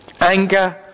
Anger